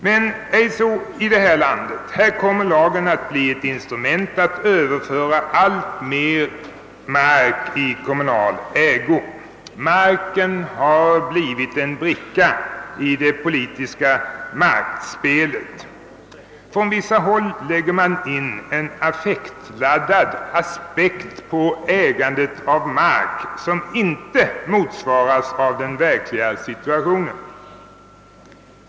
Men i vårt land kommer lagen att bli ett instrument för att överföra allt mer mark i kommunal ägo. Marken har blivit en bricka i det politiska maktspelet. På vissa håll anlägges en affektladdad aspekt på markägandet, som inte motsvarar de verkliga förhållandena.